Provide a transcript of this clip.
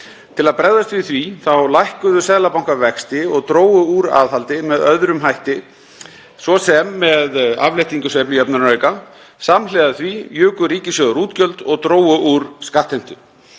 Til að bregðast við því lækkuðu seðlabankar vexti og drógu úr aðhaldi með öðrum hætti, svo sem með afléttingu sveiflujöfnunarauka. Samhliða því juku ríkissjóðir útgjöld og drógu úr skattheimtu.